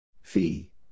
Fee